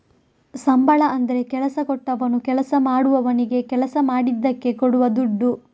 ಸಂಬಳ ಅಂದ್ರೆ ಕೆಲಸ ಕೊಟ್ಟವನು ಕೆಲಸ ಮಾಡುವವನಿಗೆ ಕೆಲಸ ಮಾಡಿದ್ದಕ್ಕೆ ಕೊಡುವ ದುಡ್ಡು